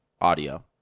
audio